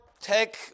take